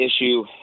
issue